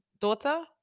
daughter